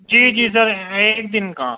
جی جی سر ایک دن کا